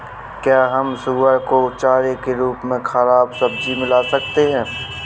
क्या हम सुअर को चारे के रूप में ख़राब सब्जियां खिला सकते हैं?